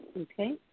Okay